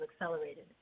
accelerated